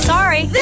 Sorry